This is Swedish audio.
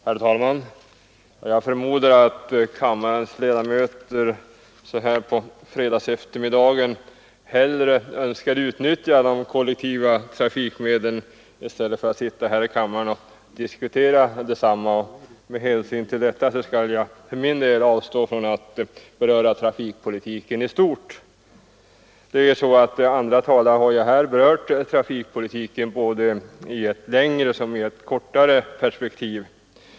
Herr talman! Jag förmodar att kammarens ledamöter så här på fredagseftermiddagen hellre önskar utnyttja de kollektiva trafikmedlen än sitta här i kammaren och diskutera desamma. Med hänsyn till detta skall jag för min del avstå från att beröra trafikpolitiken i stort. Andra talare har ju här berört trafikpolitiken både i längre och kortare perspektiv.